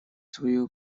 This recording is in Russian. свою